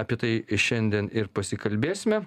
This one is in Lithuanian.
apie tai šiandien ir pasikalbėsime